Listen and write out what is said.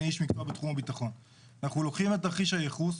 אנחנו לוקחים את תרחיש הייחוס,